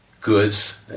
goods